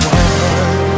one